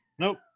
Nope